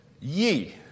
ye